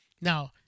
Now